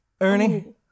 Ernie